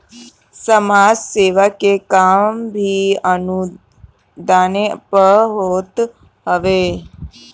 समाज सेवा के काम भी अनुदाने पअ होत हवे